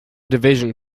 division